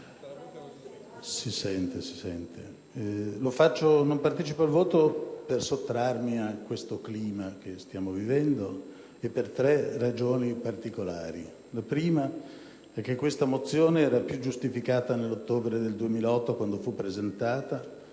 resti agli atti. Non parteciperò al voto per sottrarmi a questo clima che stiamo vivendo e per tre ragioni particolari. La prima è che questa mozione era più giustificata nell'ottobre 2008 quando fu presentata: